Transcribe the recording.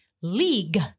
LEAGUE